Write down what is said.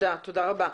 תודה רבה.